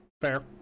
fair